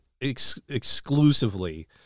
exclusively